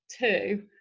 two